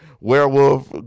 werewolf